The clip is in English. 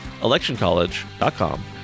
electioncollege.com